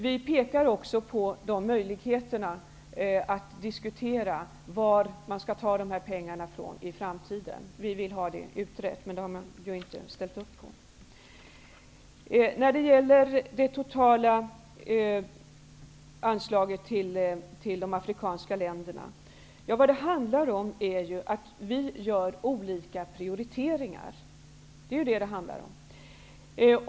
Vi pekar också på möjligheten att diskutera var man skall ta dessa pengar ifrån i framtiden. Vi vill ha detta utrett. Men det har utskottet inte ställt upp på. När det gäller det totala anslaget till de afrikanska länderna gör vi olika prioriteringar. Det är vad det handlar om.